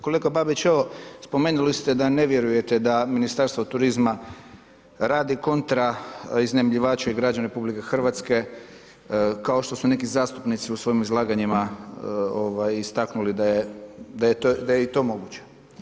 Kolega Babić, evo spomenuli ste da ne vjerujete da Ministarstvo turizma radi kontra iznajmljivača i građana RH, kao što su neki zastupnici u svojim izlaganjima istaknuli da je i to moguće.